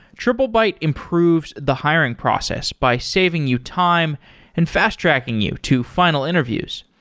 triplebyte improves the hiring process by saving you time and fast-tracking you to final interviews.